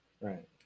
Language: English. Right